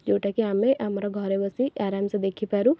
ଯେଉଁଟା କି ଆମେ ଆମର ଘରେ ବସି ଆରମ ସେ ଦେଖିପାରୁ